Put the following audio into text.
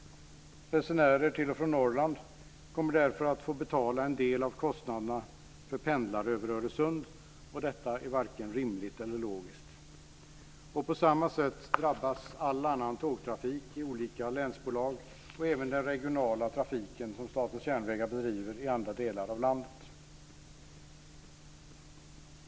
Resenärer till och från Norrland kommer därför att betala en del av kostnaderna för dem som pendlar över Öresund. Detta är varken rimligt eller logiskt. På samma sätt drabbas all annan tågtrafik i olika länsbolag, och även den regionala trafik som Statens Järnvägar bedriver i andra delar av landet.